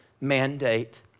mandate